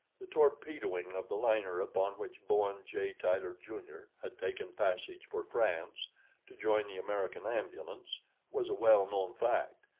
the torpedoing of the liner upon which bowen j. tyler, jr, had taken passage for france to join the american ambulance was a well-known fact,